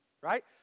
Right